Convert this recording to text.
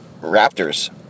raptors